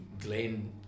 Glenn